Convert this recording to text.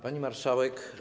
Pani Marszałek!